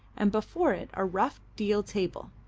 and before it a rough deal table.